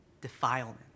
defilement